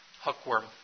hookworm